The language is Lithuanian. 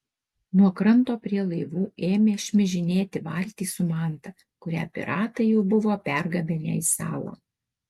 nuo kranto prie laivų ėmė šmižinėti valtys su manta kurią piratai jau buvo pergabenę į salą